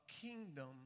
kingdom